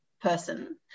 person